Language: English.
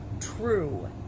true